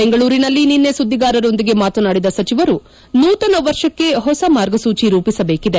ಬೆಂಗಳೂರಿನಲ್ಲಿ ನಿನ್ನೆ ಸುದ್ದಿಗಾರರೊಂದಿಗೆ ಮಾತನಾಡಿದ ಸಚಿವರು ನೂತನ ವರ್ಷಕ್ಕೆ ಹೊಸ ಮಾರ್ಗಸೂಚಿ ರೂಪಿಸಬೇಕಿದೆ